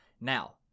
Now